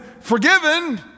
forgiven